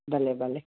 भले भले